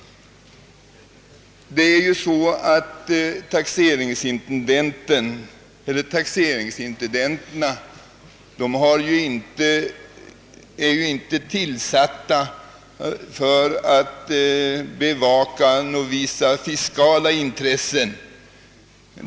Emellertid är taxeringsintendenterna inte tillsatta för att bevaka vissa fiskala in tressen.